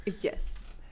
Yes